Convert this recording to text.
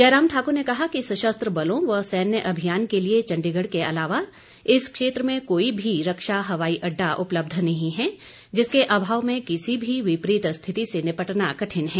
जयराम ठाकुर ने कहा कि सशस्त्र बलों व सैन्य अभियान के लिए चंडीगढ़ के अलावा इस क्षेत्र में कोई भी रक्षा हवाई अड्डा उपलब्ध नहीं है जिसके अभाव में किसी भी विपरीत स्थिति से निपटना कठिन है